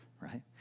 Right